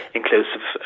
inclusive